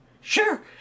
Sure